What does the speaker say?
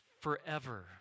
forever